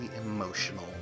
emotional